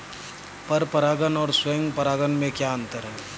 पर परागण और स्वयं परागण में क्या अंतर है?